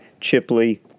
Chipley